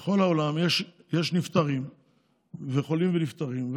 בכל העולם יש חולים ונפטרים,